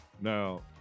Now